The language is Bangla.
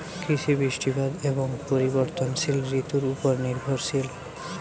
কৃষি বৃষ্টিপাত এবং পরিবর্তনশীল ঋতুর উপর নির্ভরশীল